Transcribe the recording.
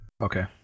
Okay